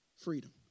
freedom